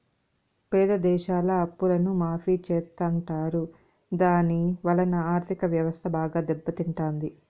పేద దేశాల అప్పులను మాఫీ చెత్తుంటారు దాని వలన ఆర్ధిక వ్యవస్థ బాగా దెబ్బ తింటాది